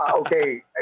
okay